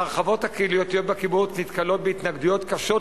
ההרחבות הקהילתיות בקיבוץ נתקלות בהתנגדויות קשות מאוד,